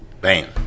bam